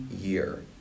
year